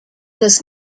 das